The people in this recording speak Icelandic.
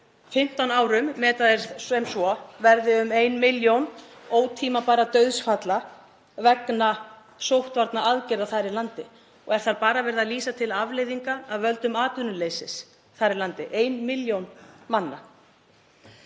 15 árum, hún metur það sem svo, verði um 1 milljón ótímabærra dauðsfalla vegna sóttvarnaaðgerða þar í landi, og er þá bara verið að vísa til afleiðinga af völdum atvinnuleysis þar í landi. 1 milljón manna.